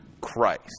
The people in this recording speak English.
Christ